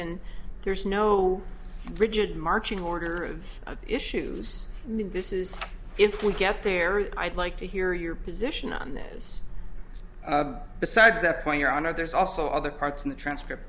and there's no rigid marching order of issues in this is if we get there i'd like to hear your position on this besides that point your honor there's also other parts in the transcript